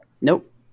Nope